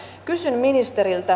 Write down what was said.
kysyn ministeriltä